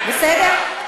בסדר?